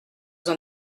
vous